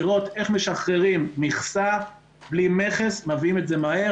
לראות איך משחררים מכסה בלי מכס להביא את זה לפה מהר.